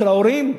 של ההורים,